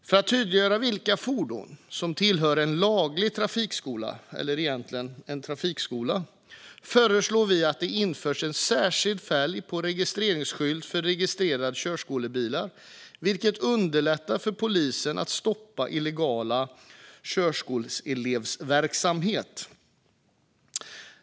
För att tydliggöra vilka fordon som tillhör en laglig trafikskola - egentligen en trafikskola - föreslår vi att det införs en särskild färg på registreringsskylten för registrerade körskolebilar. Detta för att underlätta för polisen att stoppa illegal körskoleverksamhet.